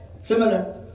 similar